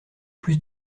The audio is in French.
plus